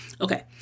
okay